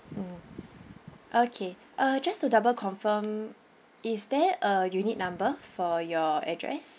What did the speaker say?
mm okay uh just to double confirm is there a unit number for your address